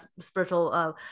spiritual